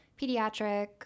pediatric